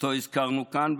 שהזכרנו כאן,